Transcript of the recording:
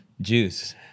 Juice